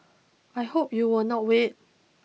I hope you will not wait